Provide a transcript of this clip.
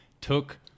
took